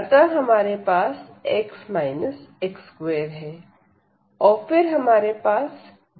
अतः हमारे पास x x2 है और फिर हमारे पास dx है